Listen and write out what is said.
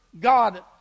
God